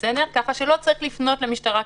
ככה שלא צריך לפנות למשטרה.